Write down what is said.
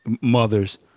mothers